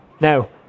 Now